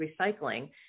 recycling